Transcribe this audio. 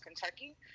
Kentucky